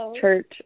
church